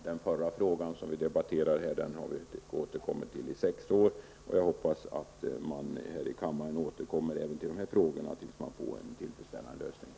Den förra frågan som vi diskuterade har vi återkommit till i sex år. Jag hoppas att man återkommer även i den fråga som vi nu diskuterar, så att man får en tillfredsställande lösning.